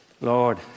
Lord